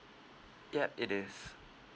ya it is